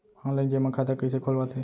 Online जेमा खाता कइसे खोलवाथे?